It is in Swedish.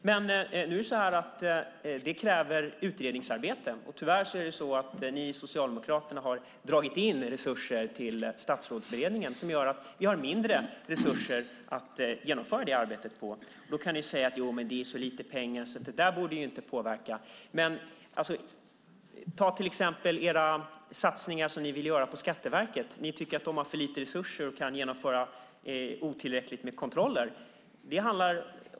Men det kräver utredningsarbete, och tyvärr har ni socialdemokrater dragit in resurser till Statsrådsberedningen vilket gör att det finns mindre resurser till att genomföra det arbetet. Då kan ni säga: Ja, men det är så lite pengar att det borde inte påverka. Men ta till exempel de satsningar som ni vill göra på Skatteverket: Ni tycker att de har för lite resurser och kan inte genomföra tillräckligt med kontroller.